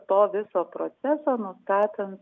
to viso proceso nustatan